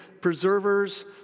preservers